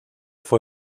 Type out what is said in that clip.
fue